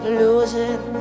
losing